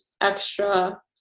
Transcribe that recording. extra